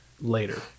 later